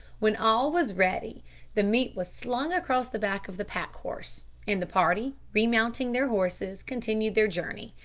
when all was ready the meat was slung across the back of the pack-horse, and the party, remounting their horses, continued their journey,